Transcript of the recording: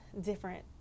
different